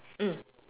mm